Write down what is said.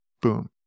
Boom